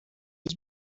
his